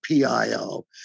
PIO